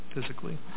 physically